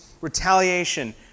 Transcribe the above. retaliation